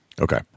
okay